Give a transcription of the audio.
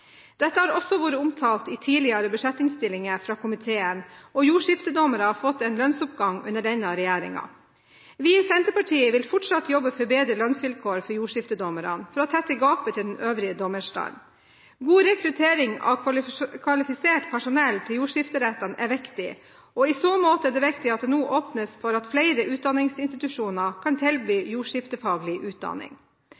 Dette har også vært omtalt i tidligere budsjettinnstillinger fra komiteen, og jordskiftedommere har fått en lønnsoppgang under denne regjeringen. Vi i Senterpartiet vil fortsatt jobbe for bedre lønnsvilkår for jordskiftedommerne for å tette gapet til den øvrige dommerstanden. God rekruttering av kvalifisert personell til jordskifterettene er viktig, og i så måte er det viktig at det nå åpnes for at flere utdanningsinstitusjoner kan tilby